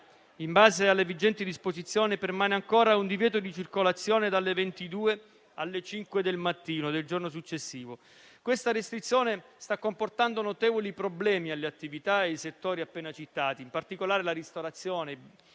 in base alle vigenti disposizioni, permane ancora un divieto di circolazione dalle ore 22 alle 5 del mattino successivo. Questa restrizione sta comportando notevoli problemi alle attività e ai settori appena citati, in particolare alla ristorazione,